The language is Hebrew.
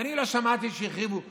אני לא שמעתי שהרחיבו שביל,